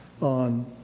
on